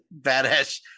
badass